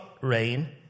Rain